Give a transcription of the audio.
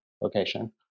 location